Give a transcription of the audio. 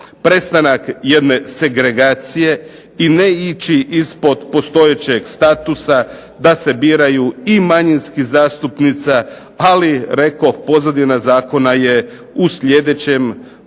prestanak jedne segregacije i ne ići ispod postojećeg statusa da se biraju i manjinski zastupnici, ali rekoh pozadina zakona je u sljedećem,